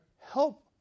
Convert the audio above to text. help